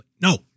No